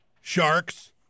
sharks